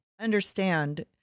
understand